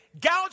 gouge